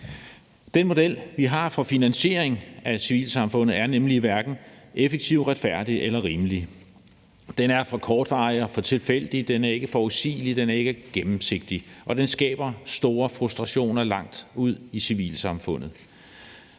Den model, vi har for finansiering af civilsamfundet, er nemlig hverken effektiv, retfærdig eller rimelig. Den er for kortvarig og for tilfældig. Den er ikke forudsigelig, den er ikke gennemsigtig, og den skaber store frustrationer langt ud i civilsamfundet.